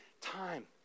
time